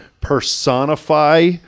personify